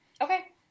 Okay